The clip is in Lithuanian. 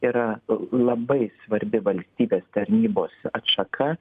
yra labai svarbi valstybės tarnybos atšaka